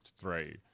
three